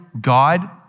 God